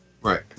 Right